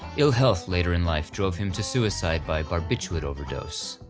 ill-health later in life drove him to suicide by barbiturate overdose.